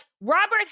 Robert